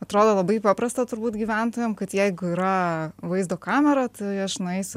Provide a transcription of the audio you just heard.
atrodo labai paprasta turbūt gyventojam kad jeigu yra vaizdo kamera tai aš nueisiu